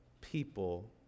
people